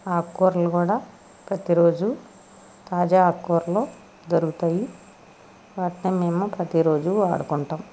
ఆకుకూరలు కూడా ప్రతిరోజు తాజా ఆకుకూరలు దొరుకుతాయి వాటిని మేము ప్రతిరోజు వాడుకుంటాం